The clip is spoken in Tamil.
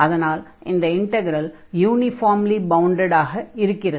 அதனால் இந்த இன்ட்கரல் யூனிஃபார்ம்லி பவுண்டட் ஆக இருக்கிறது